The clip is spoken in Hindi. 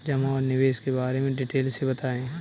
जमा और निवेश के बारे में डिटेल से बताएँ?